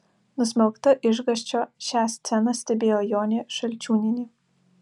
nusmelkta išgąsčio šią sceną stebėjo jonė šalčiūnienė